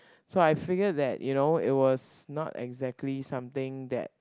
so I figured that you know it was not exactly something that